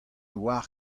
oar